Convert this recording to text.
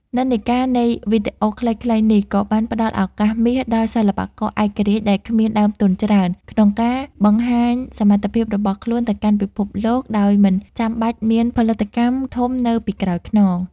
និន្នាការនៃវីដេអូខ្លីៗនេះ ក៏បានផ្ដល់ឱកាសមាសដល់សិល្បករឯករាជ្យដែលគ្មានដើមទុនច្រើន ក្នុងការបង្ហាញសមត្ថភាពរបស់ខ្លួនទៅកាន់ពិភពលោកដោយមិនចាំបាច់មានផលិតកម្មធំនៅពីក្រោយខ្នង។